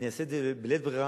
אני אעשה את זה בלית ברירה,